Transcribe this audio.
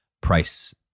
price